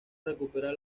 recupera